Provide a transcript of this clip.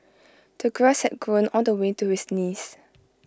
the grass had grown all the way to his knees